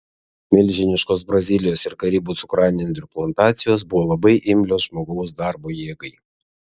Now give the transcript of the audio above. milžiniškos brazilijos ir karibų cukranendrių plantacijos buvo labai imlios žmogaus darbo jėgai